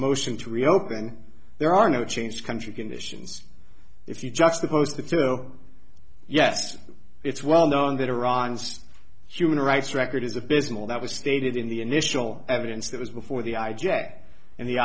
motion to reopen there are no changes country conditions if you just opposed to through yes it's well known that iran's human rights record is abysmal that was stated in the initial evidence that was before the i j a and the